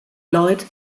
lloyd